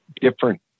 different